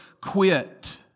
Quit